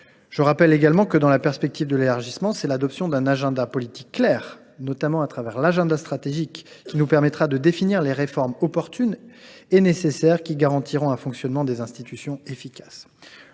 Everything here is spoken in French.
Je rappelle également que, dans la perspective de l’élargissement, c’est l’adoption d’un agenda politique clair, notamment à travers l’agenda stratégique, qui nous permettra de définir les réformes opportunes et nécessaires qui garantiront un fonctionnement efficace